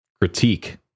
critique